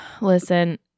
Listen